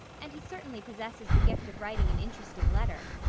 and he certainly possesses the gift of writing an interesting letter.